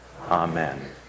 Amen